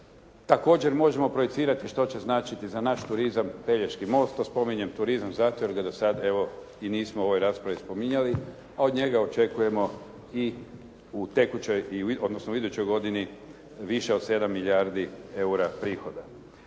Također možemo projecirati što će značiti za naš turizam Pelješki most. To spominjem turizam zato jer ga do sada evo i nismo u ovoj raspravi spominjali, a od njega očekujemo i u tekućoj, odnosno u idućoj godini više od 7 milijardi eura prihoda.